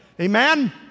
Amen